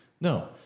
No